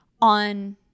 on